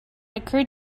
occurred